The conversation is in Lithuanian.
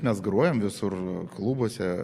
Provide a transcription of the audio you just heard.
mes grojam visur klubuose